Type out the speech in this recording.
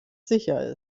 sicher